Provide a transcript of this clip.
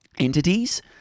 Entities